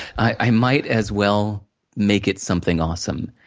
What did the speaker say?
i might as well make it something awesome.